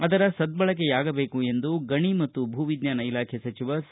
ಅದರ ಸದ್ದಳಕೆಯಾಗಬೇಕು ಎಂದು ಗಣಿ ಮತ್ತು ಭೂವಿಜ್ಞಾನ ಇಲಾಖೆ ಸಚಿವ ಸಿ